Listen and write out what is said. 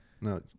No